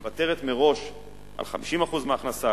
ומוותרת מראש על 50% מההכנסה,